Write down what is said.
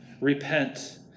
Repent